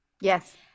yes